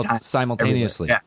simultaneously